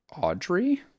Audrey